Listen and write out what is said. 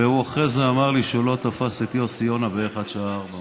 והוא אחרי זה אמר לי שהוא לא תפס את יוסי יונה בערך עד השעה 16:00,